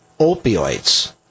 opioids